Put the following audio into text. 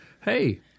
Hey